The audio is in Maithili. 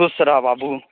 खुश रहऽ बाबू